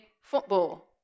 football